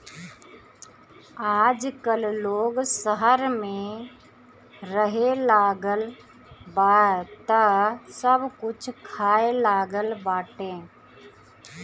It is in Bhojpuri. आजकल लोग शहर में रहेलागल बा तअ सब कुछ खाए लागल बाटे